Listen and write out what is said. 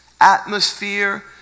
atmosphere